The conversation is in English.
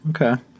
Okay